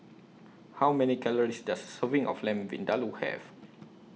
How Many Calories Does Serving of Lamb Vindaloo Have